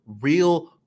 real